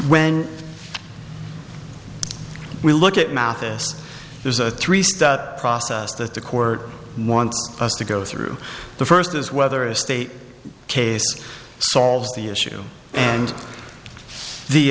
when we look at mathis there's a three step process that the court wants us to go through the first is whether a state case solves the issue and the